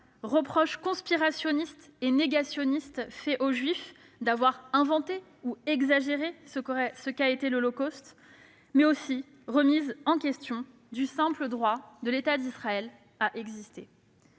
reproche conspirationniste et négationniste fait aux juifs d'avoir inventé ou exagéré ce qu'a été l'Holocauste, mais aussi remise en question du simple droit de l'État d'Israël à exister.